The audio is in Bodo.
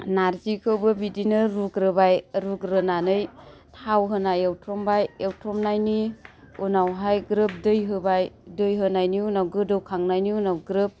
नार्जिखौबो बिदिनो रुग्रोबाय रुग्रोनानै थाव होना एवथ्रमबाय एवथ्रमनायनि उनावहाय ग्रोब दै होबाय दै होनायनि उनाव गोदौखांनायनि उनाव ग्रोब